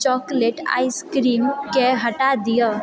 chocolate ice cream कें हटा दिअऽ